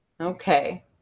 Okay